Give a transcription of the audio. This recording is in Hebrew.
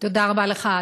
תודה רבה לך,